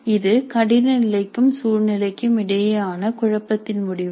இது கடின நிலைக்கும் சூழ்நிலைக்கும் இடையேயான குழப்பத்தின் முடிவுகள்